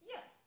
Yes